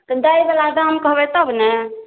दैवला दाम कहबै तबने